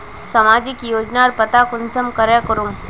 सामाजिक योजनार पता कुंसम करे करूम?